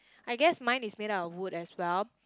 I guess mine is made out of wood as well